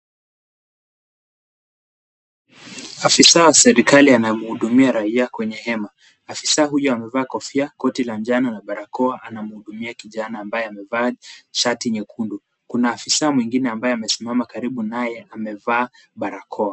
Afisa wa serikali anamhudumia raia kwenye hema. Afisa huyu amevaa kofia, koti la njano na barakoa anamhudumia kijana ambaye amevaa shati nyekundu. Kuna afisa mwingine ambaye amesimama karibu naye amevaa barakoa.